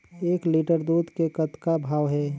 एक लिटर दूध के कतका भाव हे?